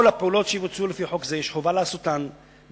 כל הפעולות שיבוצעו לפי חוק זה יש חובה לעשותן בדרך